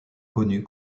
connu